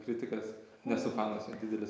kritikas nesu fanas jo didelis